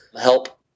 help